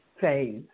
phase